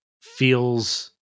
feels